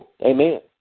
amen